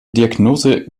diagnose